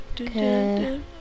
okay